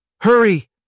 Hurry